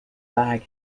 bag